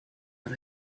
but